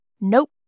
nope